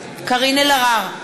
קארין אלהרר,